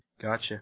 Gotcha